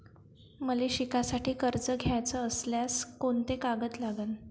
मले शिकासाठी कर्ज घ्याचं असल्यास कोंते कागद लागन?